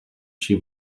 she